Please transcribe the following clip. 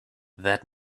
that